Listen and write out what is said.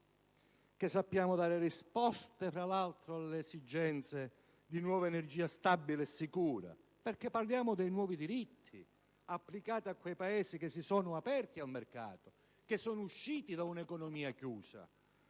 Sappiamo dare risposte, tra l'altro, alle esigenze di nuova energia stabile e sicura, perché parliamo dei nuovi diritti applicati a quei Paesi che si sono aperti al mercato, che sono usciti da una economia chiusa.